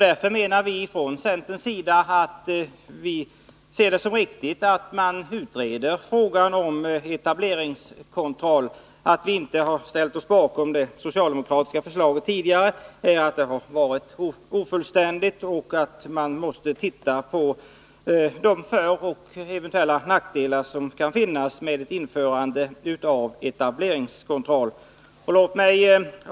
Därför menar vi från centerns sida att det är riktigt att frågan om etableringskontroll utreds. Att vi inte ställt oss bakom det socialdemokratiska förslaget tidigare har berott på att det varit ofullständigt och att man måste titta på de fördelar och eventuella nackdelar som ett införande av etableringskontroll kan medföra.